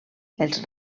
els